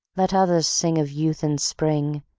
let others sing of youth and spring,